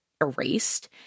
erased